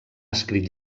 escrit